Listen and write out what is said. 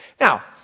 Now